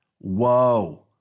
Whoa